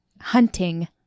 hunting